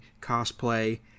cosplay